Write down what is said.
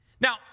Now